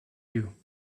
you